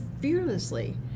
fearlessly